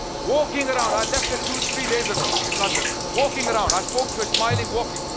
walking around. i left her two three days ago in london. walking around. i spoke to her, smiling walking.